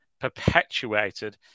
perpetuated